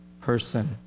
person